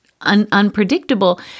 unpredictable